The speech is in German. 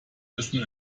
essen